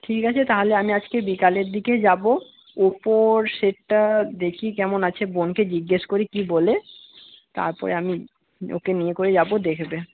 ঠিক আছে তাহলে আমি আজকে বিকালের দিকে যাবো ওপ্পোর সেটটা দেখি কেমন আছে বোনকে জিজ্ঞেস করি কি বলে তারপরে আমি ওকে নিয়ে কয়ে যাবো দেখবে